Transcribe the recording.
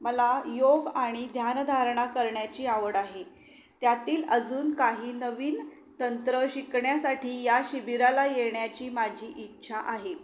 मला योग आणि ध्यानधारणा करण्याची आवड आहे त्यातील अजून काही नवीन तंत्र शिकण्यासाठी या शिबिराला येण्याची माझी इच्छा आहे